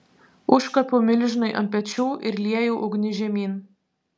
užkopiau milžinui ant pečių ir liejau ugnį žemyn